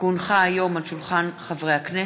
כי הונחה היום על שולחן הכנסת,